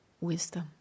wisdom